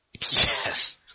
Yes